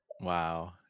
Wow